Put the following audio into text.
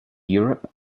europe